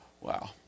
Wow